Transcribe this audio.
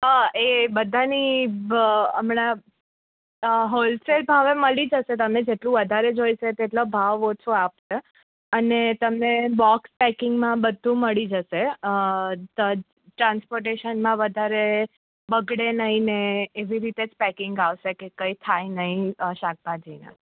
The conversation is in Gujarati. એ બધાની હમણાં હોલસેલ ભાવે મળી જશે તમને જેટલું વધારે જોઈશે તેટલો ભાવ ઓછો આવશે અને તમને બોક્સ પેકિંગમાં બધું મળી જશે ટ્રાન્સપોર્ટેશનમાં વધારે બગડે નહીં ને એવી રીતે જ પેકિંગ આવશે કે કંઈ થાય નહીં શાકભાજીને